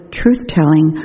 truth-telling